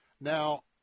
Now